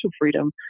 freedom